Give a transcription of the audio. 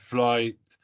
Flight